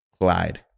glide